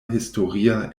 historia